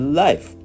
life